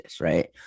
right